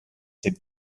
dem